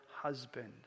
husband